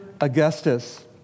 Augustus